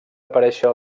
aparèixer